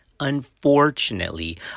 Unfortunately